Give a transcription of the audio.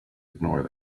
ignore